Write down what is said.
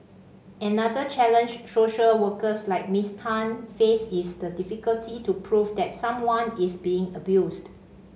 another challenge social workers like Miss Tan face is the difficulty to prove that someone is being abused